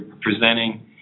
presenting